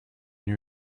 new